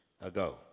ago